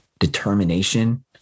determination